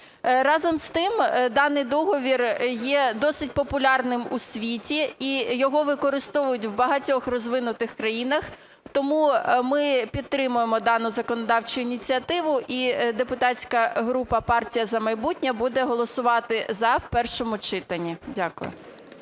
Разом з тим даний договір є досить популярним у світі і його використовують в багатьох розвинутих країнах. Тому ми підтримуємо дану законодавчу ініціативу, і депутатська група "Партія "За майбутнє" буде голосувати "за" в першому читанні. Дякую.